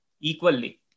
Equally